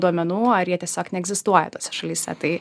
duomenų ar jie tiesiog neegzistuoja tose šalyse tai